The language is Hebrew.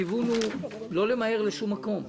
הכיוון הוא לא למהר לשום מקום.